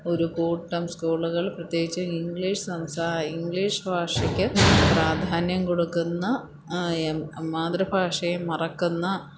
ഒരു കൂട്ടം സ്കൂളുകള് പ്രത്യേകിച്ചും ഇംഗ്ലീഷ് സംസാരം ഇംഗ്ലീഷ് ഭാഷയ്ക്ക് പ്രാധാന്യം കൊടുക്കുന്ന എം മാതൃഭാഷയെ മറക്കുന്ന